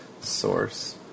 source